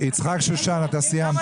יצחק שושן, אתה סיימת.